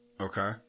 Okay